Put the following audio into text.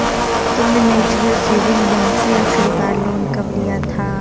तुमने mutual saving bank से आखरी बार लोन कब लिया था?